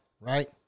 right